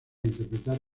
interpretar